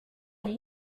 one